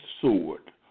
sword